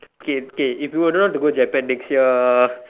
K K if you were the one to go Japan next year